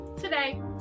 today